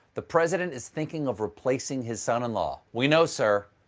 the president is thinking of replacing his son-in-law. we know, sir.